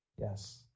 Yes